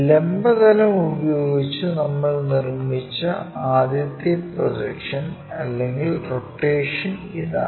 ലംബ തലം ഉപയോഗിച്ച് നമ്മൾ നിർമ്മിച്ച ആദ്യത്തെ പ്രൊജക്ഷൻ അല്ലെങ്കിൽ റൊട്ടേഷൻ ഇതാണ്